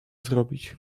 zrobić